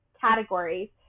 categories